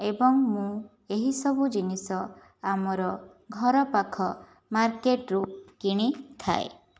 ଏବଂ ମୁଁ ଏହିସବୁ ଜିନିଷ ଆମର ଘରପାଖ ମାର୍କେଟରୁ କିଣିଥାଏ